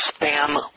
Spam